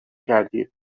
کردیم